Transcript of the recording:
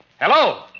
hello